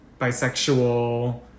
bisexual